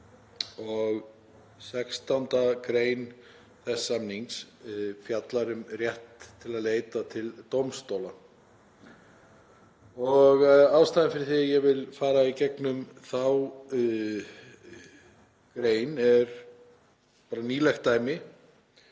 16. gr. þess samnings fjallar um rétt til að leita til dómstóla. Ástæðan fyrir því að ég vil fara í gegnum þá grein er nýlegt dæmi